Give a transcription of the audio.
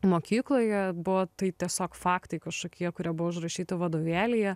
mokykloje buvo tai tiesiog faktai kažkokie kurie buvo užrašyti vadovėlyje